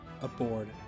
aboard